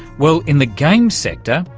well, in the games sector,